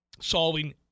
solving